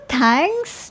thanks